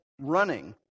running